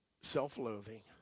self-loathing